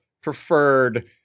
preferred